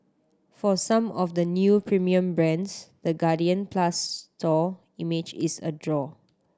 for some of the new premium brands the Guardian Plus store image is a draw